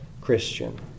Christian